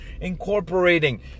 incorporating